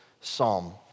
psalm